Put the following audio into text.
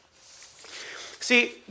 See